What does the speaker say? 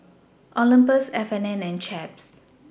Olympus F and N and Chaps